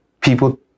people